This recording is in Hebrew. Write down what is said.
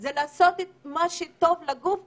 זה לעשות מה שטוב לגוף ולנשמה.